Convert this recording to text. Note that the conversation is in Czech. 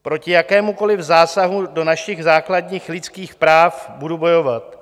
Proti jakémukoli zásahu do našich základních lidských práv budu bojovat.